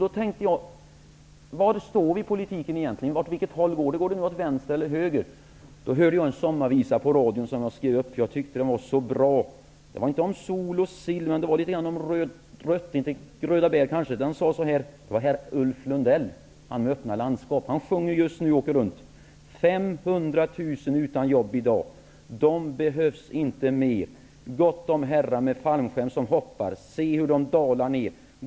Jag tänkte: Var står vi egentligen i politiken? Åt vilket håll går den, åt vänster eller höger? Då hörde jag i radion en sommarvisa som jag har skrivit ned, därför att jag tyckte att den var så bra. Den handlar inte om sol och sill, men litet grand om rött och grönt -- kanske litet röda bär. Det var Ulf Lundell som sjöng den -- han med öppna landskap. Han åker just nu runt och sjunger. Texten lyder: 500 000 utan jobb i dag. De behövs inte mer. Gott om herrar med fallskärm som hoppar. Se hur de dalar ner.